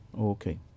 Okay